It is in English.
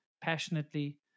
passionately